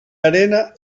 arena